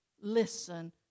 listen